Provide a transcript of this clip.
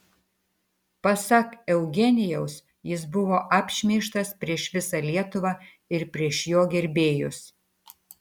pasak eugenijaus jis buvo apšmeižtas prieš visą lietuvą ir prieš jo gerbėjus